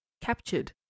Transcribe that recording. captured